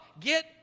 Get